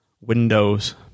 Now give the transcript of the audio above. windows